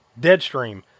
Deadstream